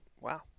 wow